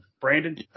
Brandon